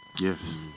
Yes